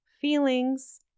feelings